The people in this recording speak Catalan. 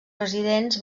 residents